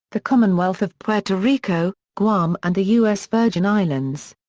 the commonwealth of puerto rico, guam and the u s. virgin islands.